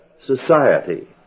society